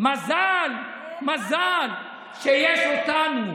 מזל שיש אותנו.